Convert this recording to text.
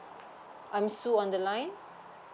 I'm su on the line